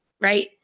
right